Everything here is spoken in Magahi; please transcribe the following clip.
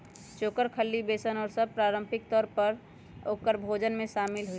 चोकर, खल्ली, बेसन और सब पारम्परिक तौर पर औकर भोजन में शामिल हई